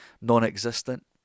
non-existent